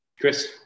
Chris